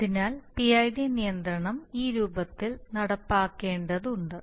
അതിനാൽ PID നിയന്ത്രണം ഈ രൂപത്തിൽ നടപ്പാക്കേണ്ടതുണ്ട്